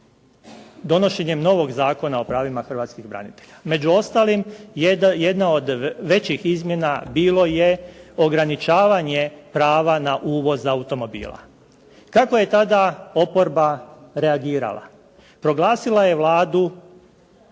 donošenjem novog Zakona o pravima hrvatskih branitelja. Među ostalim jedna od većih izmjena bilo je ograničavanje prava na uvoz automobila. Kako je tada oporba reagirala? Proglasila je Vladu